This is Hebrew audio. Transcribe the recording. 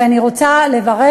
ואני רוצה לברך.